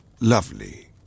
lovely